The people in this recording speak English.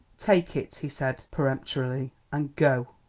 take it, he said peremptorily, and go.